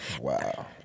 Wow